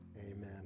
Amen